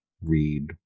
read